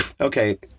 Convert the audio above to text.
Okay